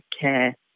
care